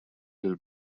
lill